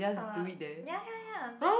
uh ya ya ya then